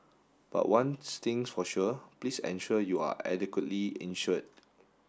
but one thing's for sure please ensure you are adequately insured